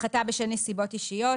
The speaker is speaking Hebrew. הפחתה בשל כמה נסיבות אישיות